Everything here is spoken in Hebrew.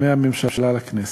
מהממשלה לכנסת.